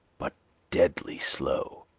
but deadly slow?